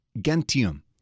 Gentium